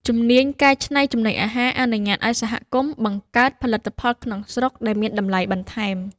ជំនាញកែច្នៃចំណីអាហារអនុញ្ញាតឱ្យសហគមន៍បង្កើតផលិតផលក្នុងស្រុកដែលមានតម្លៃបន្ថែម។